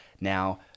now